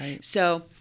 So-